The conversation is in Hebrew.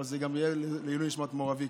אבל זה גם יהיה לעילוי נשמת מו"ר אבי,